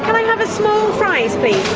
i have a small fries please?